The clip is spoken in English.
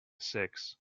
six